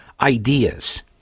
ideas